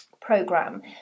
program